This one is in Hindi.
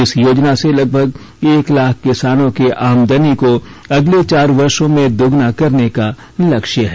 इस योजना से लगभग एक लाख किसानों की आमदनी को अगले चार वर्षों में दोगुना करने का लक्ष्य है